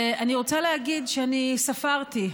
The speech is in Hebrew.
אני רוצה להגיד שאני ספרתי,